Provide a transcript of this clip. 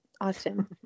austin